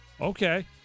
Okay